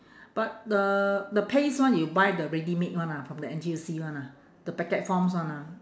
but the the paste one you buy the ready-made one ah from the N_T_U_C one ah the packet forms one ah